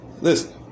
Listen